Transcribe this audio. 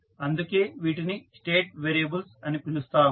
అందుకే వీటిని state variables అని పిలుస్తాము